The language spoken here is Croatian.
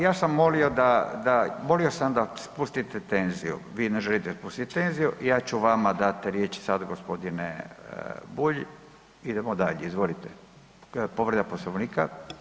Ja sam molimo da, da, molio sam da spustite tenziju, vi ne želite spustiti tenziju ja ću vama dati riječ sada gospodine Bulj, idemo dalje, izvolite, povreda Poslovnika.